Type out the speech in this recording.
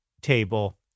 table